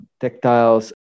tactiles